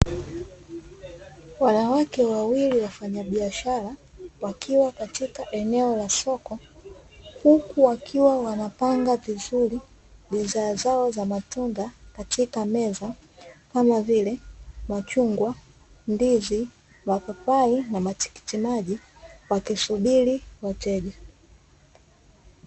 Wanawake wawili wafanyabiashara wakiwa katika eneo la soko, huku wakiwa wanapanga vizuri bidhaa zao za matunda katika meza kama vile: machungwa, ndizi, mapapai, na matikiti maji, wakisubiri wateja.